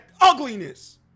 ugliness